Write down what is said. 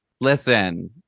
Listen